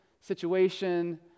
situation